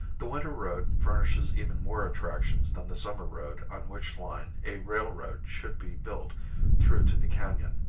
the winter road furnishes even more attractions than the summer road on which line a railroad should be built through to the canon.